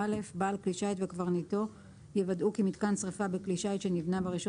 בעל כלי שיט וקברניטו יוודאו כי מיתקן שריפה בכלי שיט שנבנה ב-1